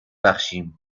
بخشیم